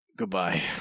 Goodbye